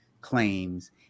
claims